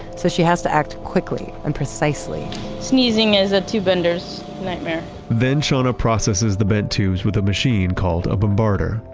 so she has to act quickly and precisely sneezing is a tube bender's nightmare then shawna processes the bent tubes with a machine called up a bombarder.